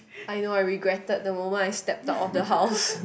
I know I regretted the moment I step out of the house